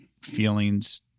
feelings